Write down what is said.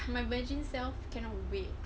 my virgin self cannot wait